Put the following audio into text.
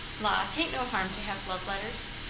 la, tain't no harm to have love-letters.